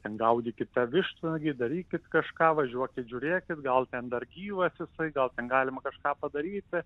ten gaudykit tą vištvanagį darykit kažką važiuokit žiūrėkit gal ten dar gyvas jisai gal galima kažką padaryti